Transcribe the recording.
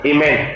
Amen